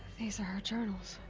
these are her journals.